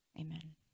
Amen